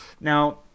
Now